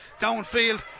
downfield